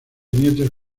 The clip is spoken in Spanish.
nietos